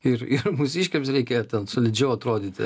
ir ir mūsiškiams reikia ten solidžiau atrodyti